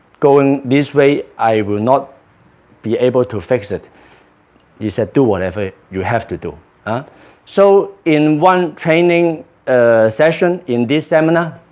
going this way, i will not be able to fix it he said do whatever you have to do ah so in one training ah session in this seminar